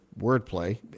wordplay